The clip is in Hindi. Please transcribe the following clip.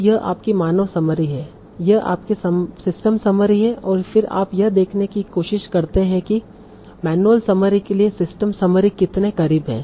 तो यह आपकी मानव समरी है यह आपकी सिस्टम समरी है और फिर आप यह देखने की कोशिश करते हैं कि मैनुअल समरी के लिए सिस्टम समरी कितने करीब है